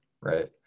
right